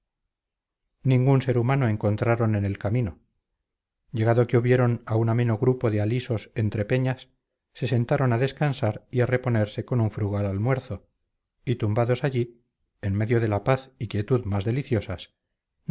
ningún ser humano encontraron en el camino llegado que hubieron a un ameno grupo de alisos entre peñas se sentaron a descansar y a reponerse con un frugal almuerzo y tumbados allí en medio de la paz y quietud más deliciosas